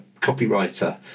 copywriter